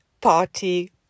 party